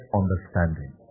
understanding